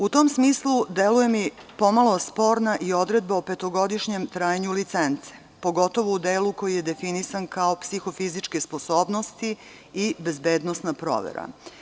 U tom smislu deluje mi pomalo sporna i odredba o petogodišnjem trajanju licence, pogotovo u delu koji je definisan kao psihofizičke sposobnosti i bezbednosna provera.